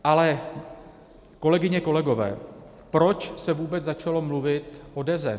Ale kolegyně a kolegové, proč se vůbec začalo mluvit o Deze?